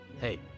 hey